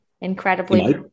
Incredibly